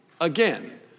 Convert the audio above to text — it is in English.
again